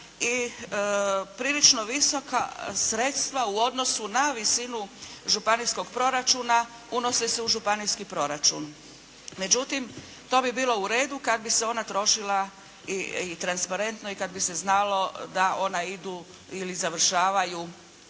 i prilično visoka sredstva u odnosu na visinu županijskog proračuna unose se u županijski proračun. Međutim, to bi bilo u redu kad bi se ona trošila transparentno i kad bi se znalo da ona idu ili završavaju